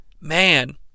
Man